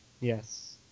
Yes